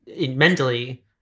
mentally